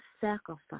sacrifice